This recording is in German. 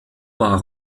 war